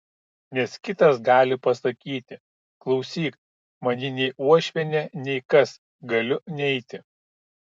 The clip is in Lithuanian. nes kitas gali pasakyti klausyk man ji nei uošvienė nei kas galiu neiti